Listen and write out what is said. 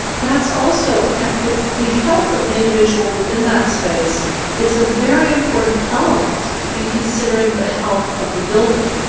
that's also the the health of the individual within that space is a very important element in considering the health of the building.